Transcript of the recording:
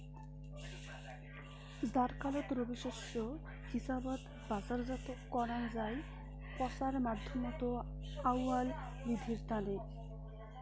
জ্বারকালত রবি শস্য হিসাবত বাজারজাত করাং যাই পচার মাধ্যমত আউয়াল বিদ্ধির তানে